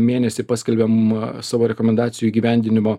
mėnesį paskelbiam savo rekomendacijų įgyvendinimo